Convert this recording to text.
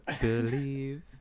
Believe